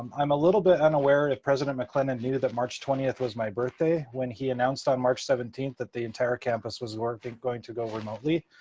um i'm a little bit unaware if president maclennan knew that march twentieth was my birthday when he announced on march seventeenth that the entire campus was going to go remotely,